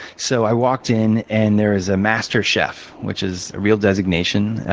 so i walked in. and there is a master chef, which is a real designation.